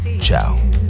Ciao